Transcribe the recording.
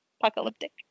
Apocalyptic